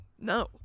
No